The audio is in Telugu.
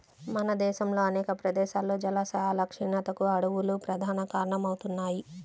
మన దేశంలో అనేక ప్రదేశాల్లో జలాశయాల క్షీణతకు అడవులు ప్రధాన కారణమవుతున్నాయి